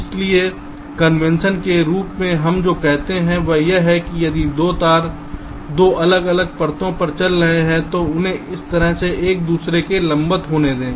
इसलिए कन्वेंशन के रूप में हम जो कहते हैं वह यह है कि यदि 2 तार 2 अलग अलग परतों पर चल रहे हैं तो उन्हें इस तरह एक दूसरे के लंबवत होने दें